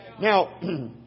Now